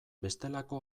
bestelako